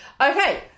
Okay